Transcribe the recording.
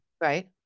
Right